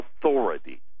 authority